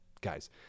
guys